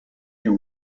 you